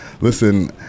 Listen